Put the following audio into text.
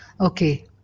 okay